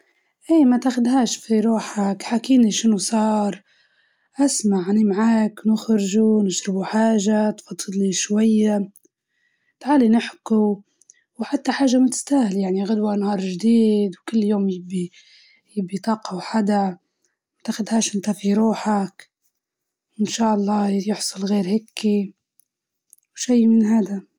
يا أبو صاحب شو فيك؟ جول لي شو صاير معاك؟ إسمع إنك معكرة، نقدر نطلعو، ونشربو حاجة، ونفضفضوا شوية، ما في حاجة تستاهل، وبكرة يوم جديد.